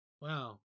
wow